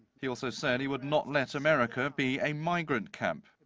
he also said he would not let america be a migrant camp.